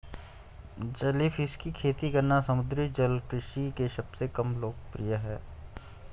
jellyfish की खेती करना समुद्री जल कृषि के सबसे कम लोकप्रिय है